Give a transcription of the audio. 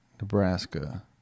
Nebraska